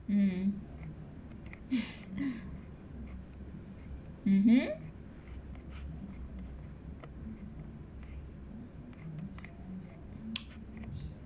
mm mmhmm